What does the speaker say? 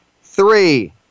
three